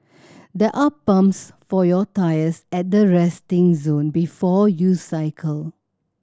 there are pumps for your tyres at the resting zone before you cycle